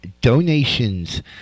donations